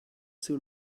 soon